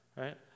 right